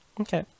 Okay